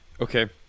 Okay